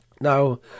Now